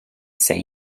say